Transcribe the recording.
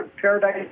paradise